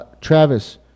Travis